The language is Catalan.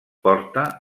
porta